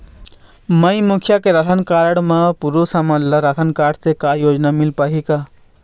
माई मुखिया के ration card म पुरुष हमन ला रासनकारड से का योजना मिल पाही का?